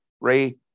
Ray